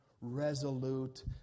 resolute